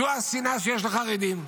זו השנאה לחרדים שיש.